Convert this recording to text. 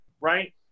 right